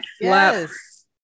yes